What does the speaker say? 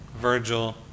virgil